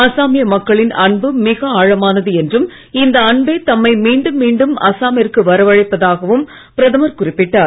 அசாமிய மக்களின் அன்பு மிக ஆழமானது என்றும் இந்த அன்பே தம்மை மீண்டும் அசாமிற்கு வரவழைப்பதாகவும் குறிப்பிட்டார்